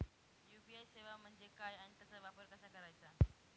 UPI सेवा म्हणजे काय आणि त्याचा वापर कसा करायचा?